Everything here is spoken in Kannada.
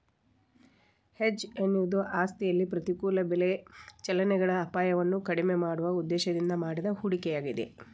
ಹೆಡ್ಜ್ ಎನ್ನುವುದು ಆಸ್ತಿಯಲ್ಲಿ ಪ್ರತಿಕೂಲ ಬೆಲೆ ಚಲನೆಗಳ ಅಪಾಯವನ್ನು ಕಡಿಮೆ ಮಾಡುವ ಉದ್ದೇಶದಿಂದ ಮಾಡಿದ ಹೂಡಿಕೆಯಾಗಿದೆ